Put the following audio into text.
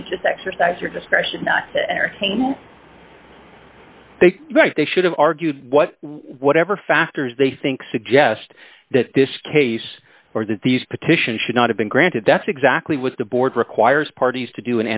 you should just exercise your discretion not to entertain they should have argued what whatever factors they think suggest that this case or that these petition should not have been granted that's exactly what the board requires parties to do